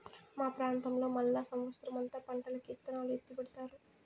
మా ప్రాంతంలో మళ్ళా సమత్సరం పంటకి ఇత్తనాలు ఎత్తిపెడతారు